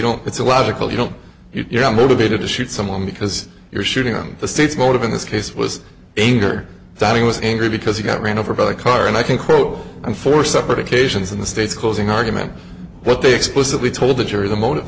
don't it's a logical you know you're motivated to shoot someone because you're shooting on the state's motive in this case was anger that he was angry because he got run over by a car and i think rove and four separate occasions in the state's closing argument what they explicitly told the jury the motive